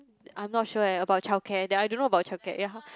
I'm not sure eh about childcare that I don't know about childcare ya